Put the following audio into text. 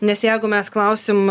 nes jeigu mes klausim